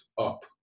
up